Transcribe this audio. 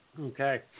Okay